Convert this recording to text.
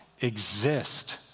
exist